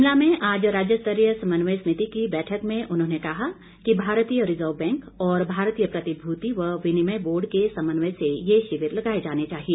शिमला में आज राज्य स्तरीय समन्वय समिति की बैठक में उन्होंने कहा कि भारतीय रिजर्व बैंक और भारतीय प्रतिभूति और विनिमय बोर्ड के समन्वय से ये शिविर लगाए जाने चाहिए